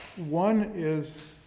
one is,